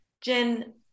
Jen